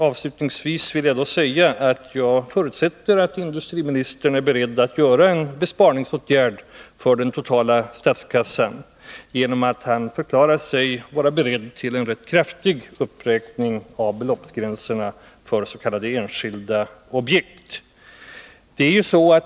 Avslutningsvis vill jag säga att jag förutsätter att industriministern är beredd att vidta en besparingsåtgärd för den totala statskassan genom att han förklarar sig vara beredd till en kraftig uppräkning av beloppsgränserna för s.k. enskilda objekt.